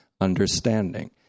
understanding